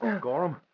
Gorham